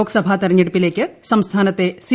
ലോക്സഭാ തെരഞ്ഞെടുപ്പിലേക്ക് സംസ്ഥാനത്തെ സി